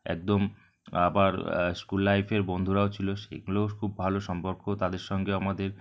একদম আবার স্কুল লাইফের বন্ধুরাও ছিল সেগুলোও খুব ভালো সম্পর্ক তাদের সঙ্গে আমাদের